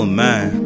man